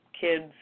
Kids